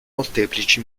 molteplici